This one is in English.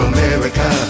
America